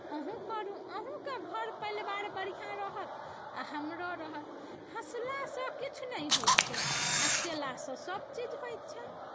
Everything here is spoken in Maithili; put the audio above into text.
अहूँ करू अहुँके घर परिवार बढ़िआँ रहत आ हमरो रहत हँसलासँ किछु नहि होइत छै आ कयलासँ सभचीज होइत छै